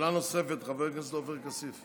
שאלה נוספת, לחבר הכנסת עופר כסיף.